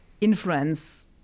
influence